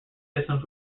systems